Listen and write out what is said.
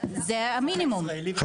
אנחנו